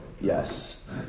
yes